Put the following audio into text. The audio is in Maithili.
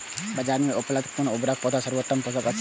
बाजार में उपलब्ध कुन उर्वरक पौधा के सर्वोत्तम पोषक अछि?